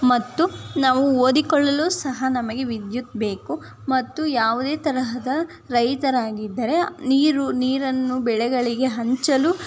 ಮತ್ತು ನಾವು ಓದಿಕೊಳ್ಳಲು ಸಹ ನಮಗೆ ವಿದ್ಯುತ್ ಬೇಕು ಮತ್ತು ಯಾವುದೇ ತರಹದ ರೈತರಾಗಿದ್ದರೆ ನೀರು ನೀರನ್ನು ಬೆಳೆಗಳಿಗೆ ಹಂಚಲು